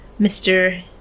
Mr